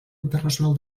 internacional